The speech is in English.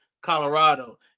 Colorado